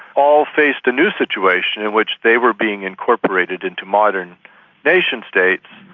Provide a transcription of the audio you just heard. all faced a new situation in which they were being incorporated into modern nation states,